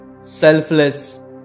selfless